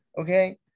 okay